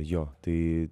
jo tai